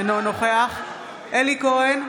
אינו נוכח אלי כהן,